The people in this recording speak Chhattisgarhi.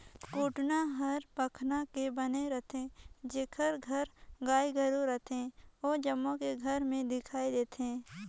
कोटना हर पखना के बने रथे, जेखर घर गाय गोरु रथे ओ जम्मो के घर में दिखइ देथे